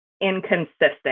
inconsistent